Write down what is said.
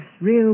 real